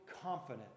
confident